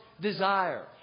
desire